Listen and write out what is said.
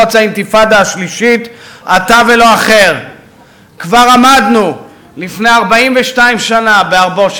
אתה אמרת לפני פחות מכמה חודשים,